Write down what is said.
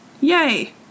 Yay